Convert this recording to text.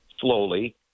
slowly